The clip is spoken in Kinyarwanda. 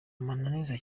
mananiza